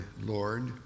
Lord